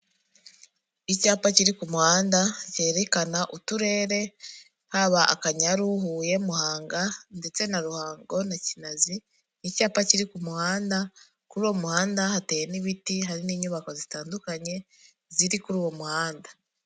Icyapa kiri ku muhanda cyerekana uturere, haba Akanyaru, Huye, Muhanga ndetse na Ruhango na Kinazi, ni icyapa kiri ku muhanda, kuri uwo muhanda hateye n'ibiti, hari n'inyubako zitandukanye ziri kuri uwo muhanda.